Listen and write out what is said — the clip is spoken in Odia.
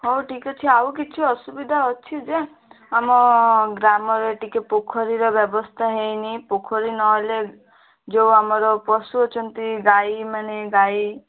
ହଉ ଠିକ୍ ଅଛି ଆଉ କିଛି ଅସୁବିଧା ଅଛି ଯେ ଆମ ଗ୍ରାମରେ ଟିକେ ପୋଖରୀର ବ୍ୟବସ୍ଥା ହୋଇନି ପୋଖରୀ ନହେଲେ ଯେଉଁ ଆମର ପଶୁ ଅଛନ୍ତି ଗାଈମାନେ ଗାଈ